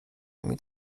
نمی